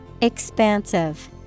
Expansive